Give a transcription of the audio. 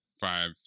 five